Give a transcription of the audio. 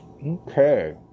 Okay